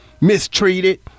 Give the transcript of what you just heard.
mistreated